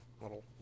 little